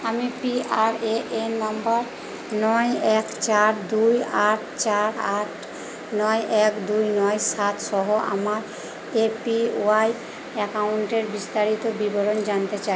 আমি PRAN number নয় এক চার দুই আট চার আট নয় এক দুই নয় সাত সহ আমার এপিওয়াই অ্যাকাউন্টের বিস্তারিত বিবরণ জানতে চাই